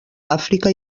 àfrica